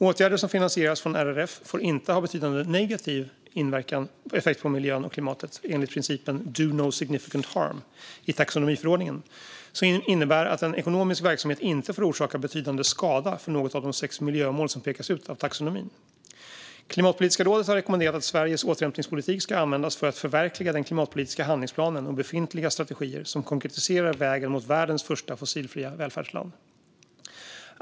Åtgärder som finansieras från RRF får inte ha betydande negativ effekt på miljön eller klimatet, enligt principen "do no significant harm" i taxonomiförordningen, som innebär att en ekonomisk verksamhet inte får orsaka betydande skada för något av de sex miljömål som pekas ut av taxonomin. Klimatpolitiska rådet har rekommenderat att Sveriges återhämtningspolitik ska användas för att förverkliga den klimatpolitiska handlingsplanen och befintliga strategier som konkretiserar vägen mot världens första fossilfria välfärdsland.